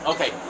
Okay